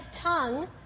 tongue